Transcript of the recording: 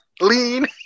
lean